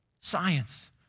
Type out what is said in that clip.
science